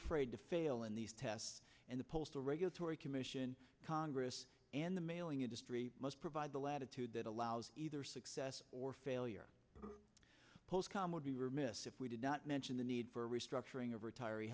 afraid to fail in these tests and the postal regulatory commission congress and the mailing industry must provide the latitude that allows either success or failure post com would be remiss if we did not mention the need for a restructuring of retiree